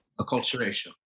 Acculturation